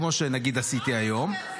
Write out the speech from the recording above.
כמו שנגיד עשיתי היום --- על מה אתה מדבר?